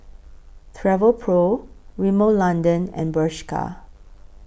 Travelpro Rimmel London and Bershka